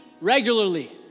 regularly